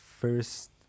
first